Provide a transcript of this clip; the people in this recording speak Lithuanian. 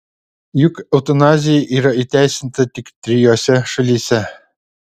juk eutanazija yra įteisinta tik trijose šalyse